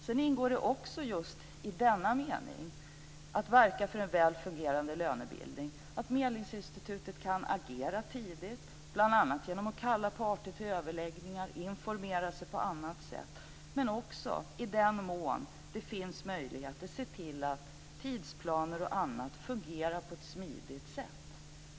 Sedan ingår det också just i denna mening, att verka för en väl fungerande lönebildning, att Medlingsinstitutet kan agera tidigt, bl.a. genom att kalla parter till överläggningar, informera sig på annat sätt och även, i den mån det finns möjligheter, se till att tidsplaner och annat fungerar på ett smidigt sätt.